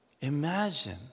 Imagine